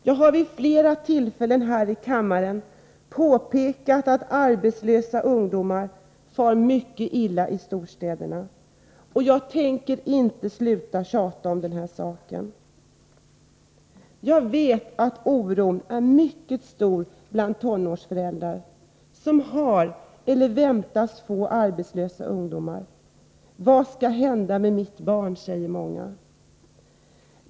Jag har vid flera tillfällen här i kammaren påpekat att arbetslösa ungdomar far mycket illa i storstäderna, och jag tänker inte sluta att tjata om den saken. Jag vet att oron är mycket stor bland tonårsföräldrar, som har eller väntas få arbetslösa ungdomar. Vad skall hända med mitt barn? säger många.